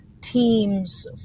teams